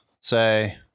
say